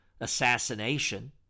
assassination